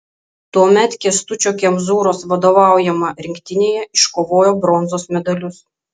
tuomet kęstučio kemzūros vadovaujama rinktinėje iškovojo bronzos medalius